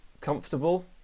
comfortable